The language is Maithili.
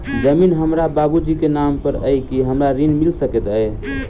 जमीन हमरा बाबूजी केँ नाम पर अई की हमरा ऋण मिल सकैत अई?